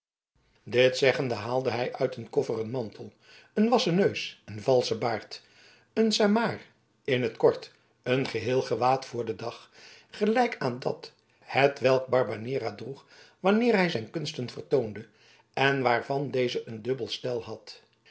dit zeggende haalde hij uit een koffer een mantel een wassen neus en valschen baard een samaar in t kort een geheel gewaad voor den dag gelijk aan dat hetwelk barbanera droeg wanneer hij zijn kunsten vertoonde en waarvan deze een dubbel stel had